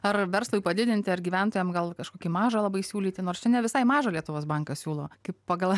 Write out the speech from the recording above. ar verslui padidinti ar gyventojam gal kažkokį mažą labai siūlyti nors čia ne visai mažą lietuvos bankas siūlo kaip pagal